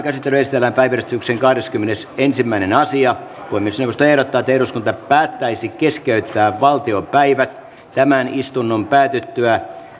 käsittelyyn esitellään päiväjärjestyksen kahdeskymmenesensimmäinen asia puhemiesneuvosto ehdottaa että eduskunta päättäisi keskeyttää valtiopäivät tämän istunnon päätyttyä